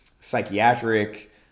psychiatric